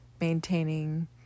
maintaining